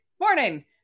morning